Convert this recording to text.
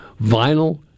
vinyl